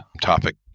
topic